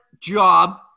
job